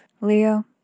Leo